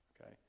Okay